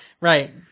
Right